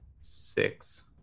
six